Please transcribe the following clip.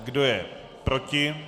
Kdo je proti?